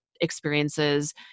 experiences